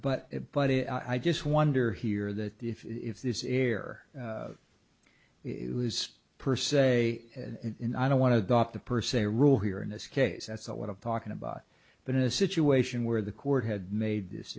but it but it i just wonder here that if this is where it was per se in i don't want to dot the per se rule here in this case that's what i'm talking about but in a situation where the court had made this